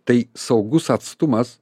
tai saugus atstumas